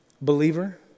Believer